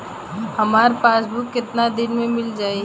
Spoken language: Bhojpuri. हमार पासबुक कितना दिन में मील जाई?